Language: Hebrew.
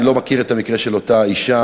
אני לא מכיר את המקרה של אותה אישה,